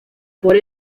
por